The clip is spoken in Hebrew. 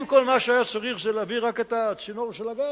אם כל מה שהיה צריך זה להעביר רק את צינור הגז,